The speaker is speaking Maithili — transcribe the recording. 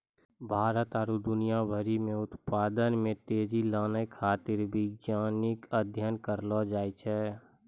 भारत आरु दुनिया भरि मे उत्पादन मे तेजी लानै खातीर वैज्ञानिक अध्ययन करलो जाय छै